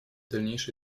дальнейшей